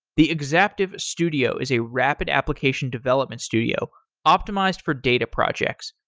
the exaptive studio is a rapid application development studio optimized for data projects.